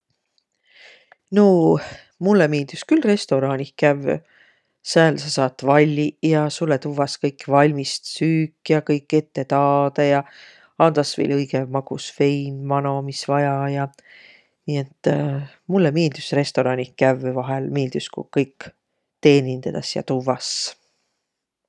Nuu, mullõ miildüs külh restoraanih kävvüq. Sääl sa saat valliq ja sullõ tuvvas kõik valmist süüki ja kõik ette ja taadõ ja, andas viil õigõ makus vein mano, mis vaja ja. Nii et mullõ miildüs resoraanih kävvüq vahel, miildüs, ku kõik teenindedäs ja tuvvas.